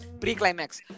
Pre-climax